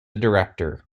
director